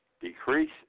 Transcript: decrease